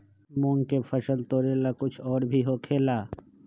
मूंग के फसल तोरेला कुछ और भी होखेला?